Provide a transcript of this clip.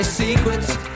Secrets